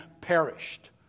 perished